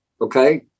Okay